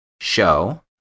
show